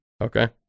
Okay